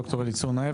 ד"ר אליצור נאה.